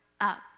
up